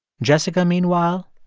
jessica, meanwhile,